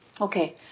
Okay